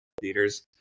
theaters